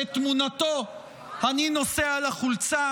שאת תמונתו אני נושא על החולצה,